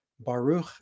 Baruch